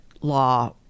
law